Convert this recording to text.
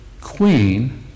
queen